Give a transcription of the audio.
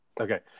Okay